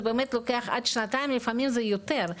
זה לוקח עד שנתיים ולפעמים יותר,